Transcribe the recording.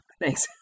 Thanks